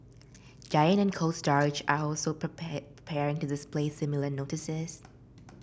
Giant and Cold Storage are also to display similar notices